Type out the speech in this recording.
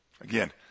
Again